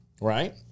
Right